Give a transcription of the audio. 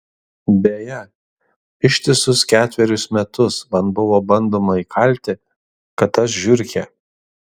beje ištisus ketverius metus man buvo bandoma įkalti kad aš žiurkė